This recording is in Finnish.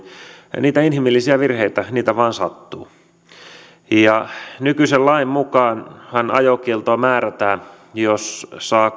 niitä inhimillisiä virheitä vain sattuu nykyisen lain mukaanhan ajokieltoon määrätään jos saa